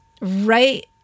right